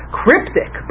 cryptic